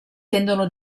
tendono